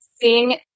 seeing